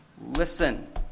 listen